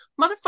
motherfucker